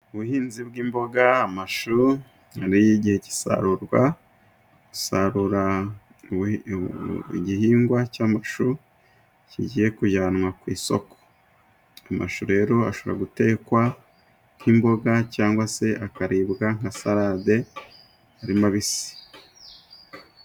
Ubuhinzi bw'imboga, z'amashu, hari igihe cy'isarurwa isarura igihingwa cy'amashu kigiye kujyanwa ku isoko. Amashu rero ashobora gutekwa nk'imboga, cyangwag se akaribwa nka sarade ari mabisi.